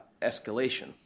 escalation